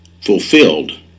fulfilled